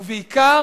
ובעיקר,